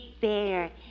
bear